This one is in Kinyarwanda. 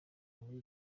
muri